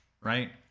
Right